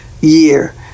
year